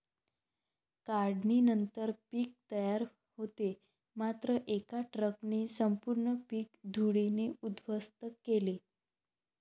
काढणीनंतर पीक तयार होते मात्र एका ट्रकने संपूर्ण पीक धुळीने उद्ध्वस्त केले